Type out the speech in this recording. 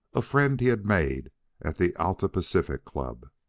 a friend he had made at the alta-pacific club.